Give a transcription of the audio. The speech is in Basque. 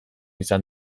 izan